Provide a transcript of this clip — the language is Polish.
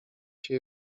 się